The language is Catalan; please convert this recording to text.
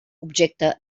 objecte